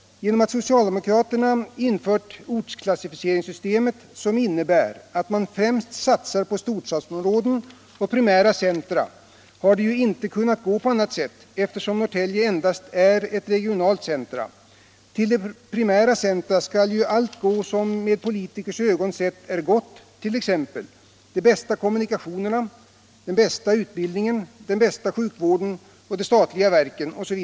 Socialdemokraterna har infört ortsklassificeringssystemet, som innebär att man främst satsar på storstadsområden och primära centra. Eftersom Norrtälje endast är ett regionalt centrum hade det inte kunnat gå på annat sätt. Allt som i politikers ögon är gott skall ju gå till de primära centra, t.ex. de bästa kommunikationerna, den bästa utbildningen, den bästa sjukvården, de statliga verken.